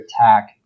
attack